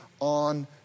on